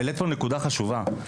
העלית פה נקודה חשובה.